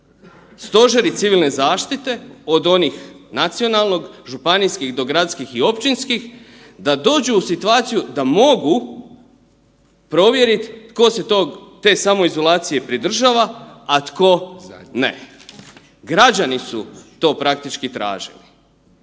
stožeri civilne zaštite od onih nacionalnog, županijskih, gradskih i općinskih da dođu u situaciju da mogu provjeriti tko se te samoizolacije pridržava, a tko ne. Građani su to praktički tražili.